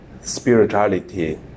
Spirituality